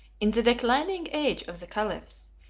in the declining age of the caliphs,